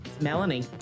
Melanie